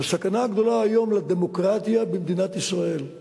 הסכנה הגדולה היום לדמוקרטיה במדינת ישראל היא